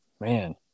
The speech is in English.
Man